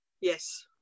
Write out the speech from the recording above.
Yes